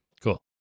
Cool